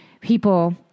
people